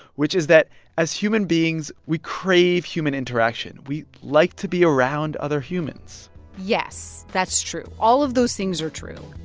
which is that as human beings, we crave human interaction. we like to be around other humans yes. that's true. all of those things are true.